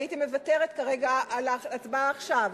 הייתי מוותרת כרגע על ההצבעה עכשיו.